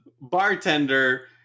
bartender